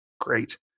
great